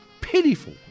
pitiful